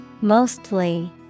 Mostly